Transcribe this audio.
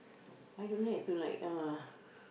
I don't like to like uh